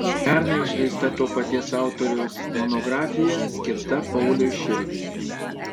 pernai išleista to paties autoriaus monografija skirta pauliui širviui